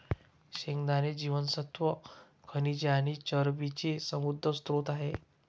शेंगदाणे जीवनसत्त्वे, खनिजे आणि चरबीचे समृद्ध स्त्रोत आहेत